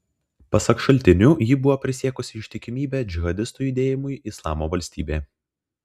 pasak šaltinių ji buvo prisiekusi ištikimybę džihadistų judėjimui islamo valstybė